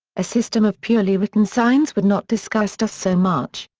a system of purely written signs would not disgust us so much.